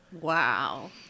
wow